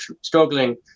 struggling